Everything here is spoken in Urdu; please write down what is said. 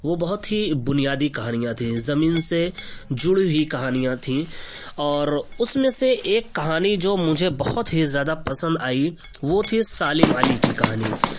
وہ بہت ہی بنیادی کہانیاں تھیں زمین سے جڑی ہوئی کہانیاں تھیں اور اس میں سے ایک کہانی جو مجھے بہت ہی زیادہ پسند آئی وہ تھی سالم علی کی کہانی